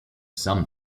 some